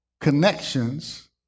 connections